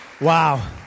Wow